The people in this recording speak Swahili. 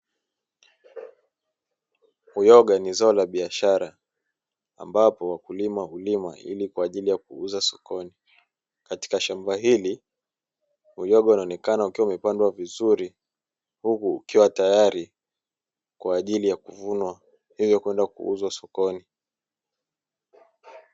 Uyoga ni zao la biashara ambapo wakulima hulima ili kwa ajili ya kuuza sokoni, katika shamba hili uyoga unaonekana ukiwa umepandwa vizuri huku ukiwa tayari kwa ajili ya kuvunwa hivyo kwenda kuuzwa sokoni.